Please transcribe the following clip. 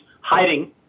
hiding